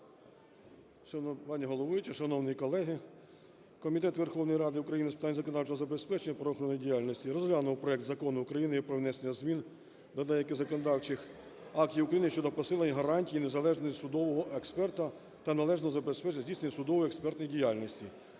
шановні колеги! Комітет Верховної Ради України з питань законодавчого забезпечення правоохоронної діяльності розглянув проект Закону про внесення змін до деяких законодавчих актів України щодо посилення гарантій незалежності судового експерта та належного забезпечення здійснення судово-експертної діяльності